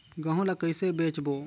गहूं ला कइसे बेचबो?